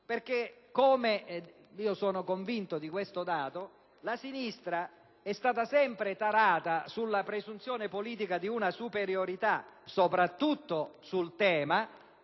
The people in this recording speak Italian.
perché - sono convinto di questo dato - la sinistra è stata sempre tarata sulla presunzione politica di una superiorità soprattutto sul tema